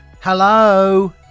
Hello